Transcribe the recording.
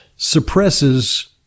suppresses